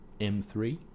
M3